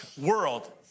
world